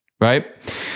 right